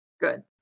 Good